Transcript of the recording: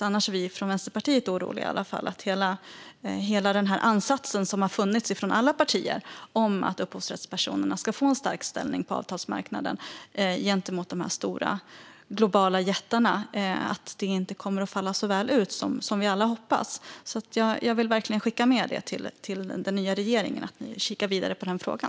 Annars är vi från Vänsterpartiet oroliga för att hela den ansats som har funnits från alla partier om att upphovsrättspersonerna ska få en stark ställning på avtalsmarknaden gentemot de stora globala jättarna inte kommer att falla så väl ut som vi alla hoppas. Jag vill verkligen skicka med till den nya regeringen att jag hoppas att ni kikar vidare på frågan.